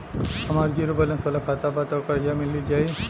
हमार zero balance वाला खाता बा त कर्जा मिल जायी?